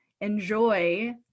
enjoy